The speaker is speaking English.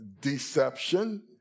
deception